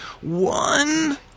one